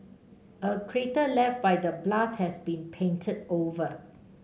a crater left by the blast has been painted over